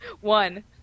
One